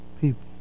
people